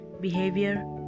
behavior